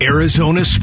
Arizona